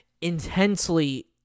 intensely